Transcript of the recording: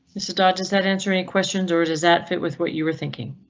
mrs. dodges that answer. any questions or does that fit with what you were thinking?